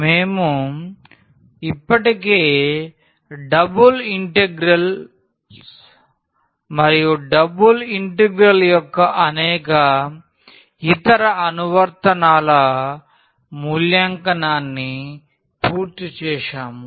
మేము ఇప్పటికే double integrals మరియు డబుల్ ఇంటిగ్రల్ యొక్క అనేక ఇతర అనువర్తనాల మూల్యాంకనాన్ని పూర్తి చేసాము